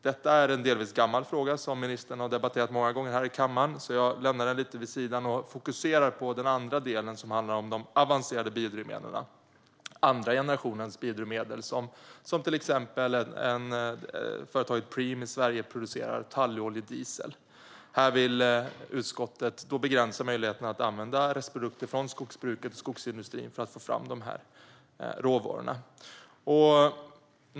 Detta är en delvis gammal fråga som ministern har debatterat många gånger i kammaren. Jag lämnar den frågan lite vid sidan, och i stället fokuserar jag på den andra delen som handlar om de avancerade biodrivmedlen. Det är andra generationens biodrivmedel, till exempel talloljediesel producerad av företaget Preem i Sverige. Här vill utskottet begränsa möjligheterna att använda restprodukter från skogsbruket och skogsindustrin för att få fram råvarorna.